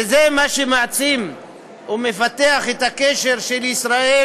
וזה מה שמעצים ומפתח את הקשר של ישראל,